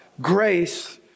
Grace